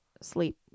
sleep